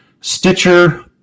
Stitcher